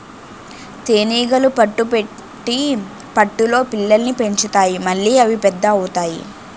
తేనీగలు పట్టు పెట్టి పట్టులో పిల్లల్ని పెంచుతాయి మళ్లీ అవి పెద్ద అవుతాయి